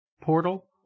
portal